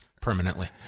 permanently